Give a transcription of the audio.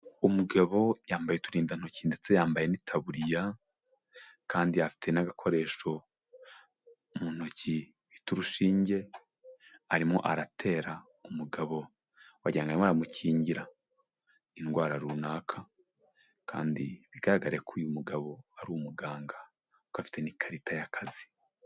Umugabo yambaye uturindantoki ndetse yambaye n'itaburiya kandi afite n'agakoresho mu ntoki, afite urushinge arimo aratera umugabo wagira ngo arimo aramukingira indwara runaka kandi bigaragare ko uyu mugabo ari umuganga kuko afite n'ikarita y'akazi.